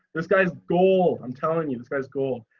this guy's gold. i'm telling you, this guy's cool.